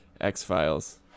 X-Files